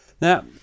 Now